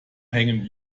hängen